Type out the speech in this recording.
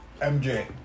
MJ